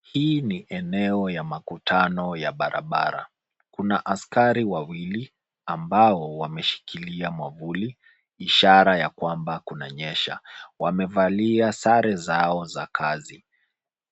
Hii ni eneo ya makutano ya barabara. Kuna askari wawili ambao wameshikilia mwavuli ishara ya kwamba kunanyesha. Wamevalia sare zao za kazi.